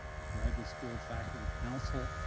ah the graduate school faculty council,